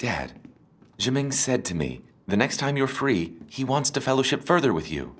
jamming said to me the next time you're free he wants to fellowship further with you